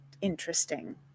interesting